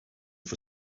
for